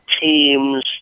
teams